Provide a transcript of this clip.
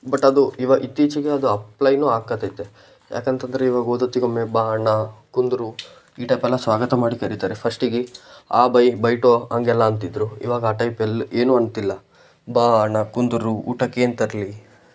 but ಅದು ಇವಾಗ ಇತ್ತೀಚಿಗೆ ಅದು ಅಪ್ಲೈನೂ ಆಕ್ಕತೈತೆ ಯಾಕಂತಂದರೆ ಇವಾಗ ಓದೋತ್ತಿಗೊಮ್ಮೆ ಬಾ ಅಣ್ಣ ಕುಂದ್ರು ಈ ಟೈಪೆಲ್ಲ ಸ್ವಾಗತ ಮಾಡಿ ಕರೀತಾರೆ ಫಸ್ಟಿಗೆ ಆ ಬೈ ಬೈಟೋ ಹಾಗೆಲ್ಲಾ ಅಂತಿದ್ದರು ಇವಾಗ ಆ ಟೈಪೆಲ್ಲ ಏನು ಅಂತಿಲ್ಲ ಬಾ ಅಣ್ಣ ಕುಂದ್ರು ಊಟಕ್ಕೆ ಏನು ತರಲಿ